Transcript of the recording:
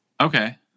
okay